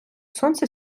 сонце